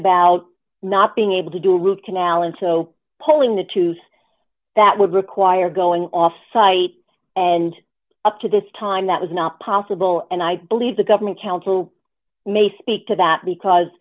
about not being able to do a root canal and so pulling the tooth that would require going off site and up to this time that was not possible and i believe the governing council may speak to that because